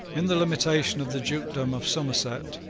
in the limitation of the dukedom of somerset,